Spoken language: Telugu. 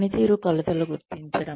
పనితీరు కొలతలు గుర్తించడం